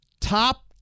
top